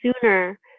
sooner